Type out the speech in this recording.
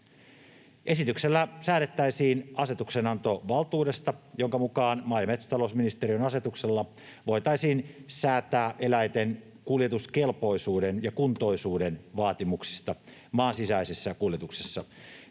Esityksellä säädettäisiin asetuksenantovaltuudesta, jonka mukaan maa‑ ja metsätalousministeriön asetuksella voitaisiin säätää eläinten kuljetuskelpoisuuden ja ‑kuntoisuuden vaatimuksista maan sisäisissä kuljetuksissa.